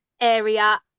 Area